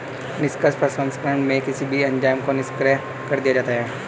निष्क्रिय प्रसंस्करण में किसी भी एंजाइम को निष्क्रिय कर दिया जाता है